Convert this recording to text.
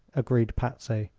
agreed patsy.